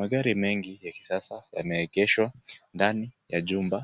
Magari mengi ya kisasa yameegeshwa ndani ya jumba